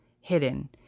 hidden